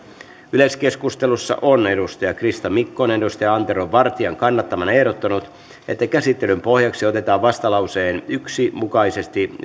yleiskeskustelussa on krista mikkonen antero vartian kannattamana ehdottanut että käsittelyn pohjaksi otetaan vastalauseen yksi mukaisesti